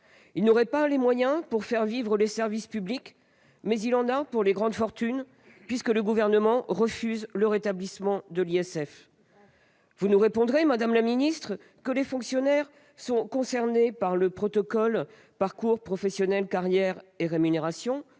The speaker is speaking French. il n'aurait pas les moyens de faire vivre les services publics, mais il a ceux de privilégier les grandes fortunes, puisque le Gouvernement refuse de rétablir l'ISF ! Vous nous répondrez, madame la ministre, que les fonctionnaires sont concernés par le protocole « Parcours professionnels, carrières et rémunérations